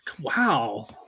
Wow